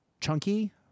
chunky